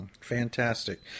Fantastic